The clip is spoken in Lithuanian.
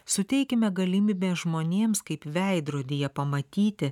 suteikime galimybę žmonėms kaip veidrodyje pamatyti